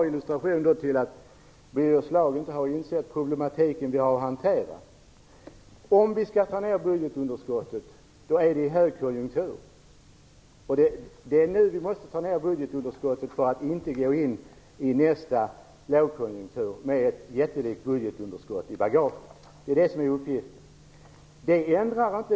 Fru talman! Birger Schlaug har inte insett problematiken vi har att hantera. Om vi skall ta ner budgetunderskottet är det i högkonjunktur. Det är nu vi måste ta ner budgetunderskottet för att inte gå in i nästa lågkonjunktur med ett jättelikt budgetunderskott i bagaget. Det är uppgiften.